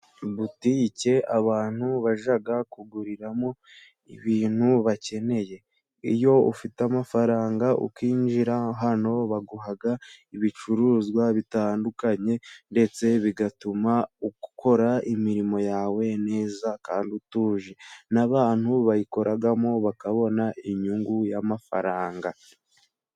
Inzu y'ubucuruzi (butike) abantu bajya kuguriramo ibintu bakeneye, iyo ufite amafaranga ukinjira hano baguha ibicuruzwa bitandukanye ndetse bigatuma ukora imirimo yawe neza kandi utuje, n'abantu bayikoramo bakabona inyungu y'amafaranga.